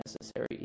necessary